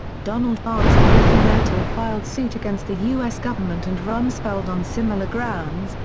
donald vance and nathan ertel filed suit against the u s. government and rumsfeld on similar grounds,